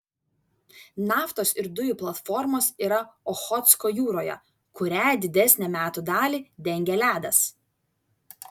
naftos ir dujų platformos yra ochotsko jūroje kurią didesnę metų dalį dengia ledas